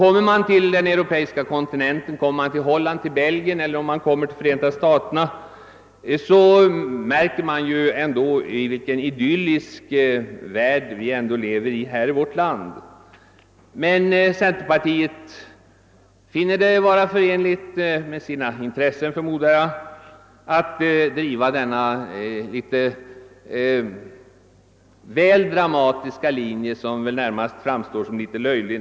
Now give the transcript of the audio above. Kommer man till den europeiska kontinenten — exempelvis Holland och Belgien — eller till Fören ta staterna, märker man vilka idylliska förhållanden som råder i vårt land. Centerpartiet finner det emellertid förenligt med sina intressen att driva denna litet väl dramatiska linje, som närmast framstår som litet löjlig.